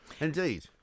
Indeed